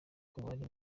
kubari